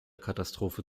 katastrophe